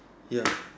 ya